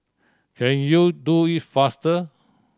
can you do it faster